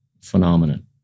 phenomenon